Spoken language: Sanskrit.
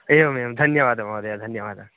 एवम् एवं धन्यवादः महोदयः धन्यवादः